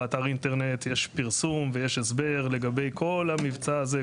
באתר האינטרנט יש פרסום ויש הסבר לגבי כל המבצע הזה,